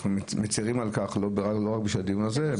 אנחנו מצרים על כך לא רק בשביל הדיון הזה.